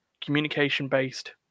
communication-based